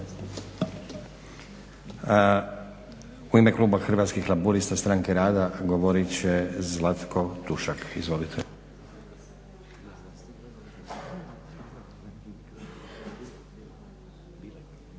U ime kluba Hrvatskih laburista – Stranke rada govorit će Zlatko Tušak. Izvolite. **Tušak,